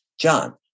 John